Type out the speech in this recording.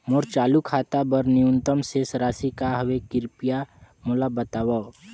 मोर चालू खाता बर न्यूनतम शेष राशि का हवे, कृपया मोला बतावव